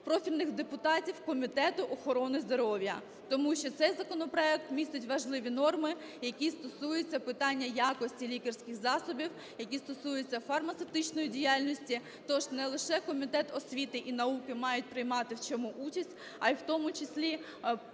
профільних депутатів Комітету охорони здоров'я. Тому що цей законопроект містить важливі норми, які стосуються питання якості лікарських засобів, які стосуються фармацевтичної діяльності, тож не лише Комітет освіти і науки має приймати в цьому участь, а в тому числі